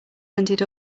ended